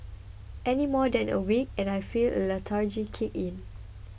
any more than a week and I feel the lethargy kick in